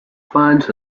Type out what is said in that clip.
finds